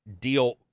deal